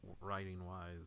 writing-wise